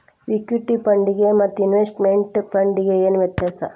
Equity ಫಂಡಿಗೆ ಮತ್ತ investment ಫಂಡಿಗೆ ಏನ್ ವ್ಯತ್ಯಾಸದ?